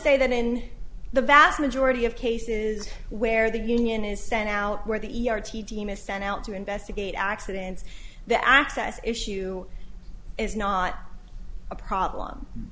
say that in the vast majority of cases where the union is sent out where the e r t d m a send out to investigate accidents the access issue is not a problem